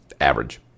average